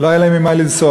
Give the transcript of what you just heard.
לא היה להם במה לנסוע.